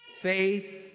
faith